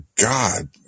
God